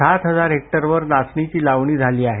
सात हजार हेक्टरवर नाचणीची लावणी झाली आहे